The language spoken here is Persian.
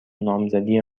نامزدی